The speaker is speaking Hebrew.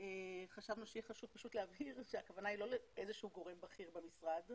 שכל אחד מהם קבע כגורם ממונה לעניין זה.